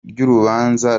ry’urubanza